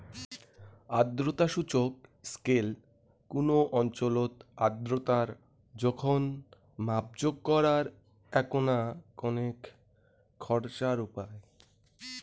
আর্দ্রতা সূচক স্কেল কুনো অঞ্চলত আর্দ্রতার জোখন মাপজোক করার এ্যাকনা কণেক খরচার উপাই